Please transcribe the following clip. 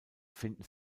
finden